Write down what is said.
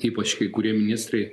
ypač kai kurie ministrai